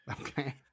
Okay